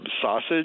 sausage